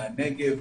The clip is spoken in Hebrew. מהנגב,